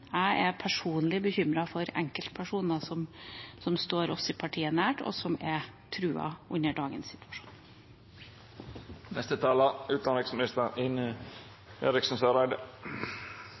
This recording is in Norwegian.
Jeg er personlig bekymret for enkeltpersoner som står oss i partiet nær, og som er truet i dagens situasjon.